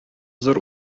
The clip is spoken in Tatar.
зур